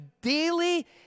daily